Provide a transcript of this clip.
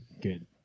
good